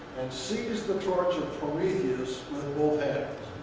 and seize the torch of prometheus with